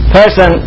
person